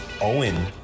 Owen